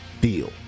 deal